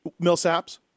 Millsaps